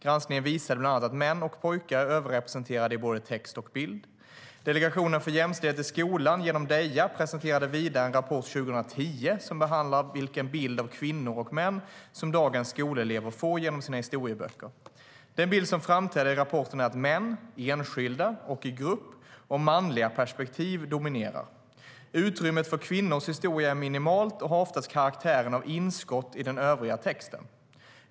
Granskningen visade bland annat att män och pojkar är överrepresenterade i både text och bild. Delegationen för jämställdhet i skolan, Deja, presenterade vidare en rapport 2010 som behandlar vilken bild av kvinnor och män som dagens skolelever får genom sina historieböcker. Den bild som framträder i rapporten är att män, enskilda och i grupp, och manliga perspektiv dominerar. Utrymmet för kvinnors historia är minimalt och har oftast karaktären av inskott i den övriga texten.